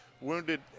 wounded